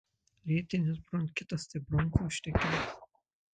lėtinis bronchitas tai bronchų uždegimas